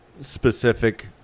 specific